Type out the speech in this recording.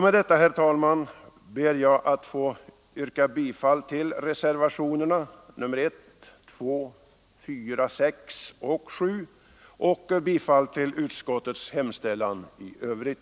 Med detta ber jag, herr talman, att få yrka bifall till reservationerna 1, 2, 4, 6 och 7 och i övrigt bifall till vad utskottet hemställt.